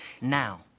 Now